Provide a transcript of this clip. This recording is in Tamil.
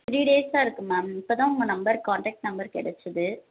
த்ரீ டேஸாக இருக்குது மேம் இப்போ தான் உங்கள் நம்பர் கான்டெக்ட் நம்பர் கிடச்சுது